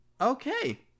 Okay